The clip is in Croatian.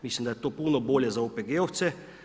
Mislim da je to puno bolje za OPG-ovce.